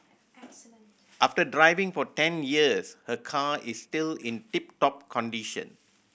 after driving for ten years her car is still in tip top condition